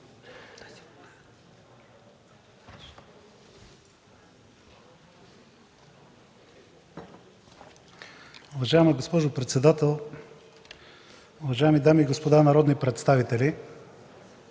Уважаема госпожо председател, уважаеми колеги народни представители!